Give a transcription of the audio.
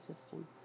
system